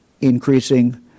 increasing